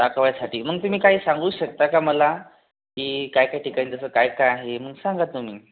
दाखवायसाठी मग तुम्ही काय सांगू शकता का मला की काय काय ठिकाणी जसं काय काय आहे मग सांगा तुम्ही